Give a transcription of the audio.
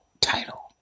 title